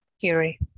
Kiri